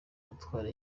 gutwara